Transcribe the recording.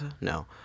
No